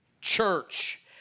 church